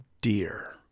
dear